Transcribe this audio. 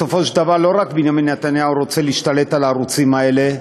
בסופו של דבר לא רק בנימין רוצה להשתלט על הערוצים האלה,